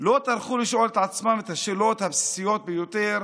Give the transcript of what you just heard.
טרחו לשאול את עצמם את השאלות הבסיסיות ביותר